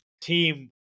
team